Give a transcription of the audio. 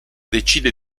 decide